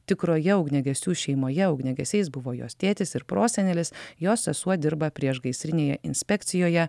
tikroje ugniagesių šeimoje ugniagesiais buvo jos tėtis ir prosenelis jos sesuo dirba priešgaisrinėje inspekcijoje